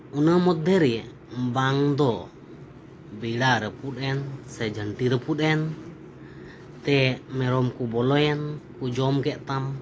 ᱚᱱᱟ ᱢᱚᱫᱽᱫᱷᱮ ᱨᱮ ᱵᱟᱝ ᱫᱚ ᱵᱮᱲᱟ ᱨᱟᱯᱩᱫ ᱮᱱ ᱥᱮ ᱡᱷᱟᱹᱱᱴᱤ ᱨᱟᱯᱩᱫ ᱮᱱ ᱛᱮ ᱢᱮᱨᱚᱢᱽ ᱠᱚ ᱵᱚᱞᱚᱭᱮᱱ ᱛᱮ ᱢᱮᱨᱚᱢ ᱠᱚ ᱡᱚᱢ ᱠᱮᱫ ᱛᱟᱢ